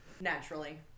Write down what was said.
naturally